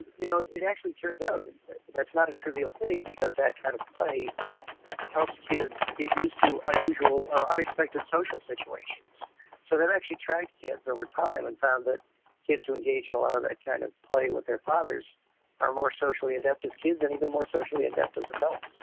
you know, it actually turns out that's not a trivial thing, because that kind of play helps kids get used to unusual or unexpected social situations so they've actually tracked kids over time and found that kids who engage in a lot of that kind of play with their fathers are more socially adept as kids and even more socially adept as adults.